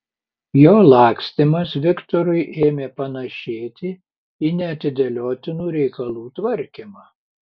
jo lakstymas viktorui ėmė panašėti į neatidėliotinų reikalų tvarkymą